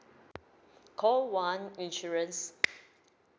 call one insurance